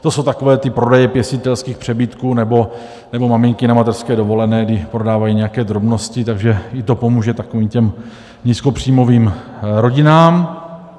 To jsou takové ty prodeje pěstitelských přebytků nebo maminky na mateřské dovolené, kdy prodávají nějaké drobnosti, takže i to pomůže takovým těm nízkopříjmovým rodinám.